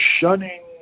shunning